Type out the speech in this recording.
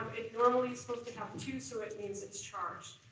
normally supposed to have two, so that means it's charged.